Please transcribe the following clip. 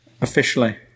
officially